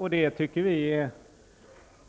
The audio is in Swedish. Vi anser att